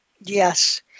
Yes